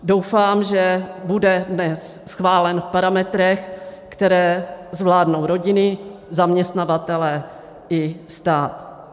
Doufám, že bude dnes schválen v parametrech, které zvládnou rodiny, zaměstnavatelé i stát.